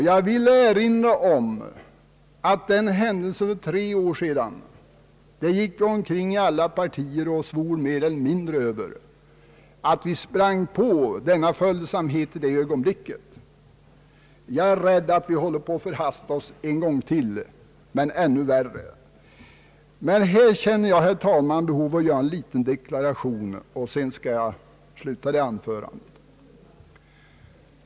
Jag vill erinra om den händelse som inträffade för tre år sedan. Inom alla partier gick vi omkring och svor mer eller mindre över att vi var så följsamma den gången. Jag är rädd att vi håller på att förhasta oss en gång till, och denna gång ännu mera. I detta sammanhang känner jag, herr talman, ett behov av att göra en liten deklaration, men sedan skall jag sluta mitt anförande.